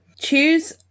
Choose